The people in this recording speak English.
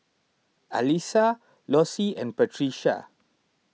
Alysa Lossie and Patrica